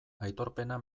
aitorpena